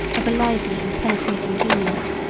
of a lively and penetrating genius,